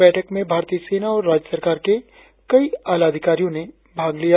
बैठक में भारतीय सेना और राज्य सरकार के कई आलाधिकारियों ने भी हिस्सा लिया